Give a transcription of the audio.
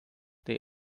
they